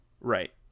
Right